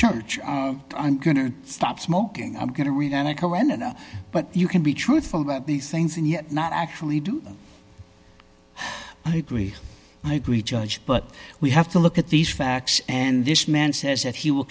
church i'm going to stop smoking i'm going to read anna karenina but you can be truthful about these things and yet not actually do them i agree i agree judge but we have to look at these facts and this man says that he will